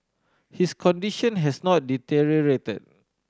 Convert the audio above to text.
his condition has not deteriorated